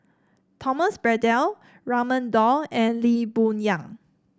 Thomas Braddell Raman Daud and Lee Boon Yang